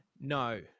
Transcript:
no